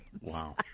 Wow